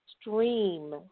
stream